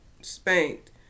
spanked